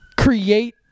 Create